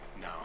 no